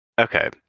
okay